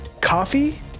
Coffee